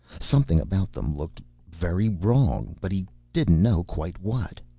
something about them looked very wrong but he didn't know quite what.